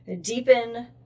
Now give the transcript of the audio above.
deepen